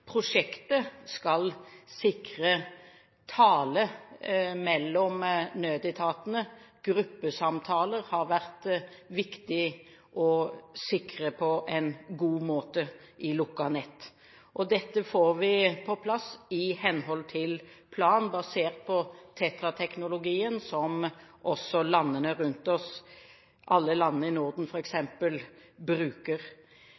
prosjektet i henhold til plan. Nødnettprosjektet skal sikre tale mellom nødetatene, og gruppesamtaler har det vært viktig å sikre på en god måte i lukket nett. Dette får vi på plass i henhold til plan, basert på TETRA-teknologien, som også landene rundt oss – alle landene i Norden